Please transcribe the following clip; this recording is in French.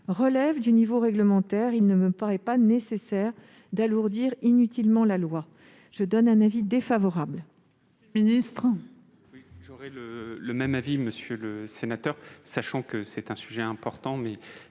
relève du niveau réglementaire. Il ne me paraît pas nécessaire d'alourdir inutilement la loi. J'émets donc un avis défavorable